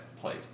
plate